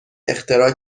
اختراع